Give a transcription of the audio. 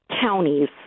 counties